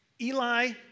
Eli